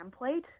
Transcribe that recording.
template